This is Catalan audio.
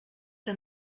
que